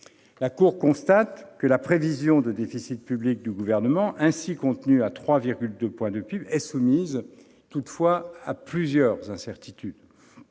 La Cour constate que la prévision de déficit public du Gouvernement, ainsi contenue à 3,2 points de PIB, est soumise à plusieurs incertitudes.